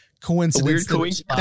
coincidence